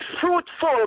fruitful